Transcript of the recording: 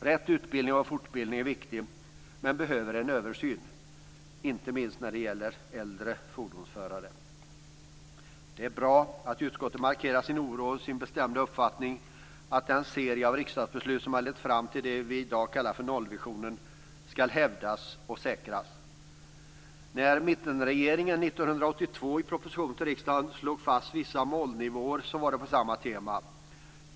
Rätt utbildning och fortbildning är viktig, men det behöver ske en översyn - inte minst i fråga om äldre fordonsförare. Det är bra att utskottet markerar sin oro och bestämda uppfattning att den serie av riksdagsbeslut som har lett fram till det vi i dag kallar för nollvisionen skall hävdas och säkras. Mittenregeringen slog fast vissa målnivåer på samma tema i propositionen till riksdagen 1982.